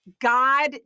God